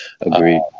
Agreed